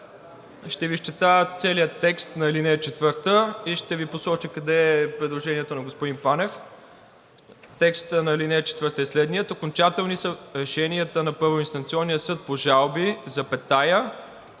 Ще Ви изчета целия текст на ал. 4 и ще Ви посоча къде е предложението на господин Панев. Текстът на ал. 4 е следният: „Окончателни са решенията на първоинстанционния съд по жалби, запетая